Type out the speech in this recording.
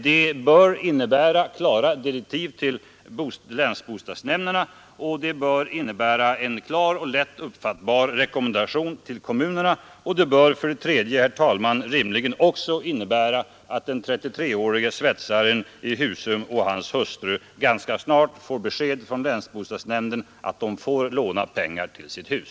Det bör för det första innebära klara riktlinjer till länsbostadsnämnderna, det bör innebära en klar och lätt uppfattbar rekommendation till kommunerna och det bör för det tredje, herr talman, rimligen också innebära att den 33-årige svetsaren i Husum och hans hustru ganska snart får besked från länsbostadsnämnden att de får låna pengar till sitt hus.